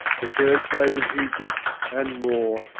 the third plague of egypt, and more,